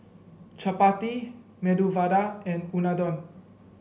Chapati Medu Vada and Unadon